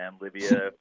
libya